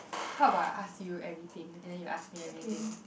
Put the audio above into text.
how about I ask you everything and then you ask me everything